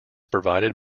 provided